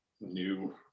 new